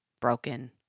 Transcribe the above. broken